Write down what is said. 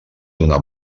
d’una